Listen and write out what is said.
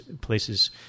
Places